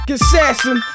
Assassin